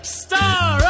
star